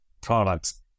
products